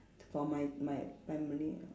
t~ for my my family